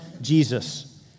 Jesus